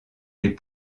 les